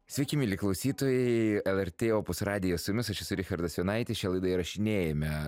sveiki mieli klausytojai lrt opus radijas su jumis aš esu richardas jonaitis šią laidą įrašinėjame